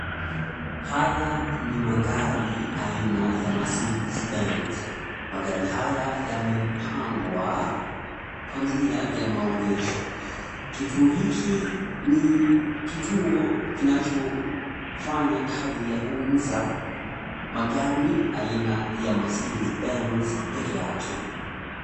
Haya ni magari ya aina ya mercedes benz. Magari haya yamepangwa kwa njia ya maonyesho. Kituo hiki ni kituo kinachofanya kazi ya kuuza magari ya aina ya mercedes benz peke yake.